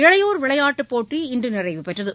இளையோர் விளையாட்டுப் போட்டி இன்று நிறைவடைந்தது